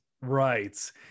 right